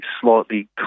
slightly